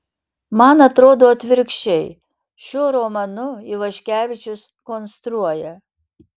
man atrodo atvirkščiai šiuo romanu ivaškevičius konstruoja